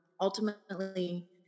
ultimately